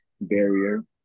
barrier